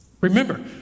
Remember